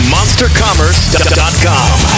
MonsterCommerce.com